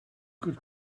good